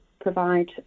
provide